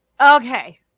Okay